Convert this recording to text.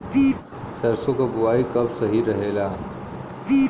सरसों क बुवाई कब सही रहेला?